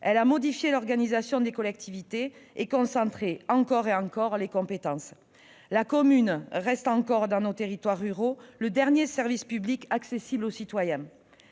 elle a modifié l'organisation des collectivités territoriales et concentré, encore et encore, les compétences. Alors que la commune reste dans nos territoires ruraux le dernier service public accessible aux citoyens,